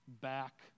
back